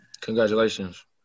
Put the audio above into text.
Congratulations